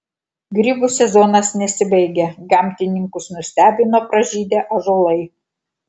grybų sezonas nesibaigia gamtininkus nustebino pražydę ąžuolai